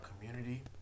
community